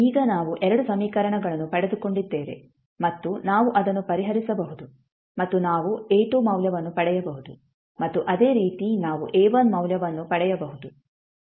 ಈಗ ನಾವು 2 ಸಮೀಕರಣಗಳನ್ನು ಪಡೆದುಕೊಂಡಿದ್ದೇವೆ ಮತ್ತು ನಾವು ಅದನ್ನು ಪರಿಹರಿಸಬಹುದು ಮತ್ತು ನಾವು A2 ಮೌಲ್ಯವನ್ನು ಪಡೆಯಬಹುದು ಮತ್ತು ಅದೇ ರೀತಿ ನಾವು A1 ಮೌಲ್ಯವನ್ನು ಪಡೆಯಬಹುದು